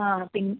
ആ പിൻ